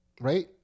right